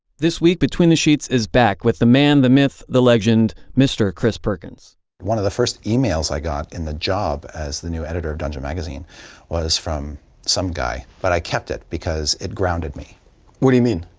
this week between the sheets is back with the man, the myth, the legend, mr. chris perkins. chris one of the first emails i got in the job as the new editor of dungeon magazine was from some guy, but i kept it because it grounded me. brian what do you mean?